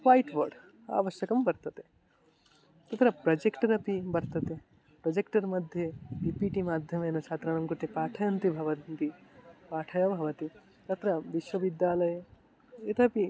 white board आवश्यकं वर्तते तत्र प्रजक्टरपि वर्तते प्रजक्टर् मध्ये पि पि टि माध्यमेन छात्राणां कृते पाठयन्ति भवन्ति पाठः एव भवति तत्र विश्वविद्यालयः इतोपि